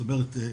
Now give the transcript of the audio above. זאת אומרת,